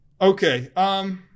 Okay